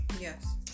Yes